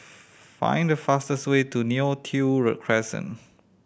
find the fastest way to Neo Tiew Crescent